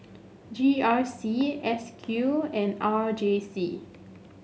G R C S Q and R J C